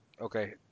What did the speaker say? Okay